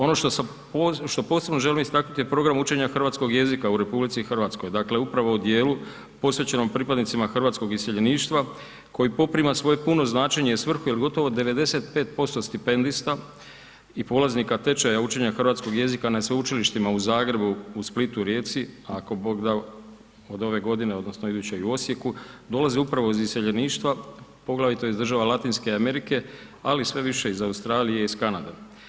Ono što posebno želim istaknuti je program učenja hrvatskog jezika u RH, dakle, upravo u dijelu posvećenom pripadnicima hrvatskog iseljeništva koji poprima svoje puno značenje i svrhu jer gotovo 95% stipendista i polaznika tečaja učenja hrvatskog jezika na sveučilištima u Zagrebu, u Splitu i Rijeci, ako Bog da, od ove godine odnosno iduće u Osijeku, dolazi upravo iz iseljeništva, poglavito iz država Latinske Amerike, ali sve više iz Australije i iz Kanade.